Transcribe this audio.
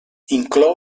inclou